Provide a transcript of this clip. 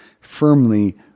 firmly